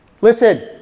Listen